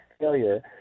Failure